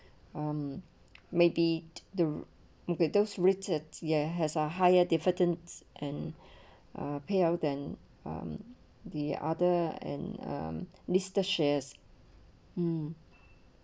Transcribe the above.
um maybe the ya has a higher dividends and a payout than the other and um mister shares mm